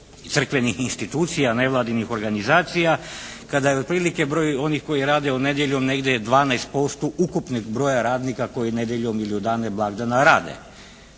crkvenih institucija, nevladinih organizacija kada je otprilike broj onih koji rade nedjeljom negdje 12% ukupnog broja radnika koji nedjeljom ili u dane blagdana rade.